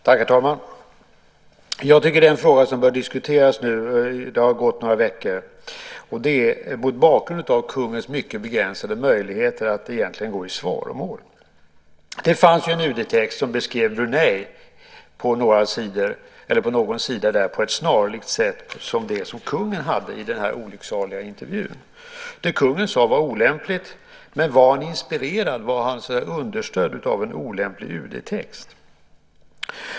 Herr talman! Det har nu gått några veckor, och jag tycker att det finns en fråga som bör diskuteras, mot bakgrund av kungens mycket begränsade möjligheter att gå i svaromål. Det fanns en UD-text på någon sida som beskrev Brunei på ett sätt som var snarlikt det kungen hade i den olycksaliga intervjun. Det kungen sade var olämpligt, men var han inspirerad, understödd av en olämplig UD-text?